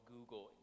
Google